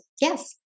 yes